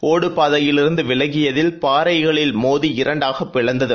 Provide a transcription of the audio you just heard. ஒடு பாதையிலிருந்து விலகியதில் பாறைகளில் மோதி இரண்டாக பிளந்தது